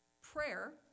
Prayer